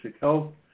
health